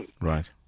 Right